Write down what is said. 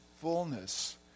fullness